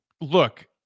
look